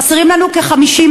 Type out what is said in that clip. חסרות לנו כ-50,000.